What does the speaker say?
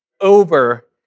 over